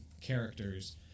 characters